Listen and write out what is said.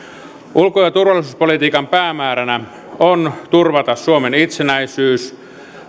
ulko ja turvallisuuspolitiikan päämääränä on turvata suomen itsenäisyys